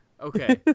Okay